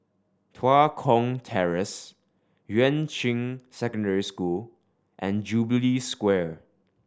Tua Kong Terrace Yuan Ching Secondary School and Jubilee Square